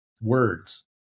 words